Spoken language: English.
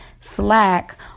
slack